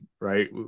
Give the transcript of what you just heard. right